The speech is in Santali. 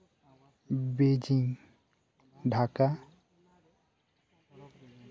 ᱵᱮᱡᱤᱝ ᱰᱷᱟᱠᱟ